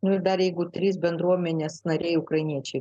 nu ir dar jeigu trys bendruomenės nariai ukrainiečiai